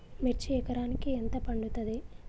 మిర్చి ఎకరానికి ఎంత పండుతది?